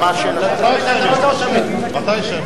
רבותי,